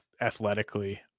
athletically